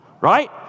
right